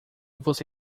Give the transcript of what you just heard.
você